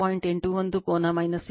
81 ಕೋನ 21